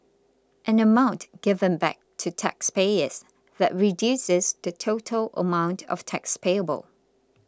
an amount given back to taxpayers that reduces the total amount of tax payable